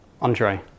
Andre